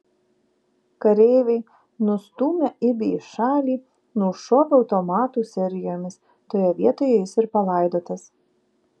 kareiviai nustūmę ibį į šalį nušovė automatų serijomis toje vietoje jis ir palaidotas